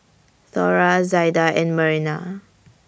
Thora Zaida and Myrna